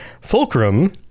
Fulcrum